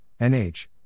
NH